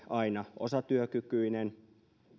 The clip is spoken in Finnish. aina ole osatyökykyinen